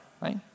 right